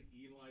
Eli